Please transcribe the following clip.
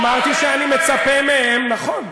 אמרתי שאני מצפה מהם, נכון.